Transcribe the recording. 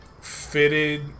fitted